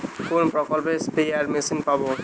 কোন প্রকল্পে spare machine পাব?